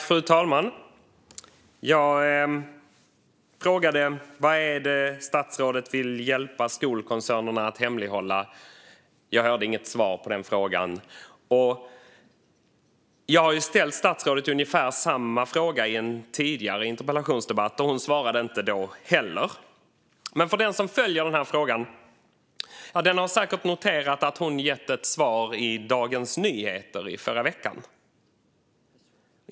Fru talman! Jag frågade vad det är statsrådet vill hjälpa skolkoncernerna att hemlighålla. Jag hörde inget svar på den frågan. Jag ställde ungefär samma fråga till statsrådet i en tidigare interpellationsdebatt, och hon svarade inte då heller. Men den som följer denna fråga har säkert noterat att hon gav ett svar i Dagens Nyheter i förra veckan.